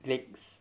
legs